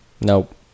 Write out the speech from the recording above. Nope